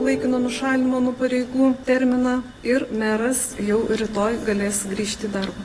laikino nušalinimo nuo pareigų terminą ir meras jau rytoj galės grįžti į darbą